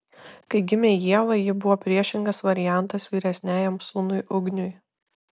kai gimė ieva ji buvo priešingas variantas vyresniajam sūnui ugniui